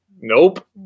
Nope